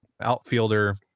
outfielder